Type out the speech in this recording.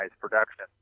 production